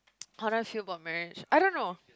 how do I feel about marriage I don't know